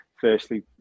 firstly